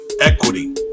equity